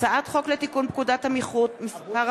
הצעת חוק הבטחת הכנסה (תיקון מס' 39),